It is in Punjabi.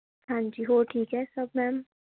ਹਾਂਜੀ ਹੋਰ ਠੀਕ ਆ ਸਭ ਮੈਮ